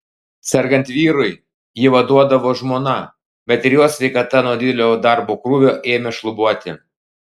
sergant vyrui jį vaduodavo žmona bet ir jos sveikata nuo didelio darbo krūvio ėmė šlubuoti